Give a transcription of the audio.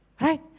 Right